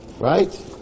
Right